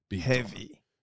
heavy